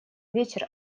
вечер